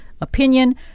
opinion